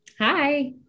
Hi